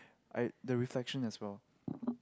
I the reflection as well